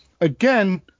again